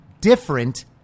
different